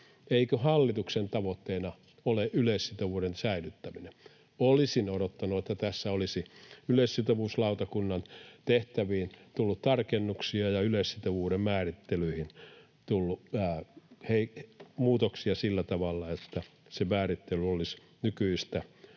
Eikö hallituksen tavoitteena ole yleissitovuuden säilyttäminen? Olisin odottanut, että tässä olisi yleissitovuuslautakunnan tehtäviin tullut tarkennuksia ja yleissitovuuden määrittelyihin tullut muutoksia sillä tavalla, että se määrittely olisi nykyistä